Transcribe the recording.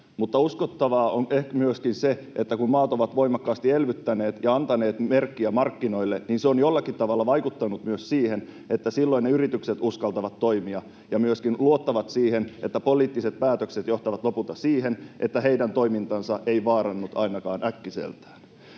mutta uskottavaa on ehkä myöskin se, että kun maat ovat voimakkaasti elvyttäneet ja antaneet merkkiä markkinoille, niin se on jollakin tavalla vaikuttanut myös siihen, että silloin yritykset uskaltavat toimia ja myöskin luottavat siihen, että poliittiset päätökset johtavat lopulta siihen, että heidän toimintansa ei vaarannu ainakaan äkkiseltään.